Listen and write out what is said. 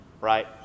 right